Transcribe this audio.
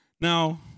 Now